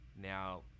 now